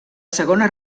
segona